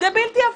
זה בלתי הפיך.